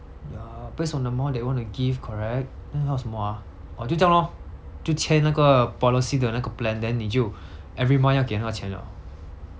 err based on the amount that you want to give correct then 还有什么 ah oh 就这样 lor 就签那个 policy 的那个 plan then 你就 every month 要给那个钱 liao